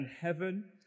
heaven